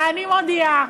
ואני מודיעה: